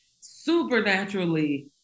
supernaturally